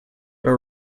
were